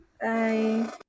Bye